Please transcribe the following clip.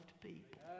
people